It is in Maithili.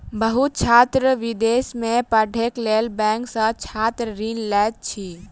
बहुत छात्र विदेश में पढ़ैक लेल बैंक सॅ छात्र ऋण लैत अछि